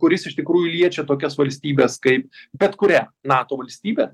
kuris iš tikrųjų liečia tokias valstybes kaip bet kurią nato valstybę